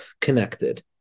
connected